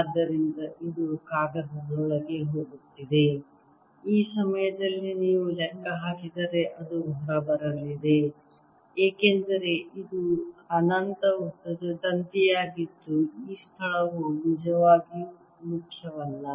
ಆದ್ದರಿಂದ ಇದು ಕಾಗದದೊಳಗೆ ಹೋಗುತ್ತಿದೆ ಈ ಸಮಯದಲ್ಲಿ ನೀವು ಲೆಕ್ಕ ಹಾಕಿದರೆ ಅದು ಹೊರಬರಲಿದೆ ಏಕೆಂದರೆ ಇದು ಅನಂತ ಉದ್ದದ ತಂತಿಯಾಗಿದ್ದು ಈ ಸ್ಥಳವು ನಿಜವಾಗಿಯೂ ಮುಖ್ಯವಲ್ಲ